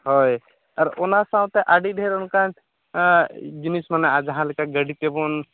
ᱦᱳᱭ ᱟᱨ ᱚᱱᱟ ᱥᱟᱶᱛᱮ ᱟᱹᱰᱤ ᱰᱷᱮᱨ ᱚᱱᱠᱟᱱ ᱡᱤᱱᱤᱥ ᱢᱮᱱᱟᱜᱼᱟ ᱡᱟᱦᱟᱸ ᱞᱮᱠᱟ ᱜᱟᱹᱰᱤ ᱛᱮᱵᱚᱱ